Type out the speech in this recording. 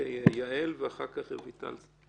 יעל, אחר כך רויטל.